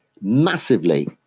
massively